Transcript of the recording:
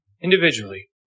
individually